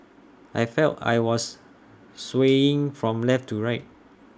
I felt I was swaying from left to right